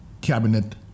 Cabinet